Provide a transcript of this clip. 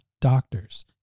doctors